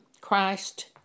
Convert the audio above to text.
Christ